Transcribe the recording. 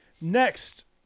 Next